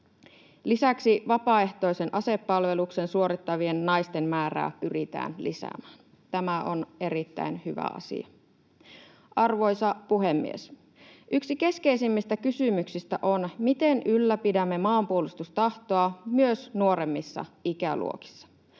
Lisäksi vapaaehtoisen asepalveluksen suorittavien naisten määrää pyritään lisäämään. Tämä on erittäin hyvä asia. Arvoisa puhemies! Yksi keskeisimmistä kysymyksistä on, miten ylläpidämme maanpuolustustahtoa myös nuoremmissa ikäluokissa.